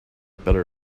better